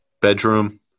bedroom